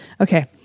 Okay